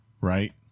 right